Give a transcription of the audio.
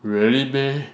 really meh